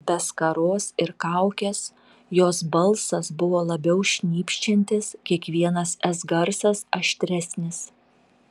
be skaros ir kaukės jos balsas buvo labiau šnypščiantis kiekvienas s garsas aštresnis